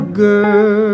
girl